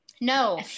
No